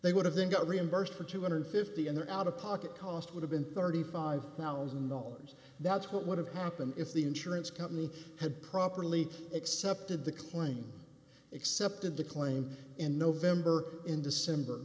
they would have been got reimbursed for two hundred and fifty dollars in their out of pocket cost would have been thirty five thousand dollars that's what would have happened if the insurance company had properly accepted the claim accepted the claim in november in december